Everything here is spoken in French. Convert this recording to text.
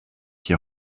qui